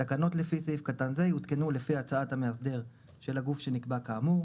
תקנות לפי סעיף קטן זה יותקנו לפי הצעת המאסדר של הגוף שנקבע כאמור,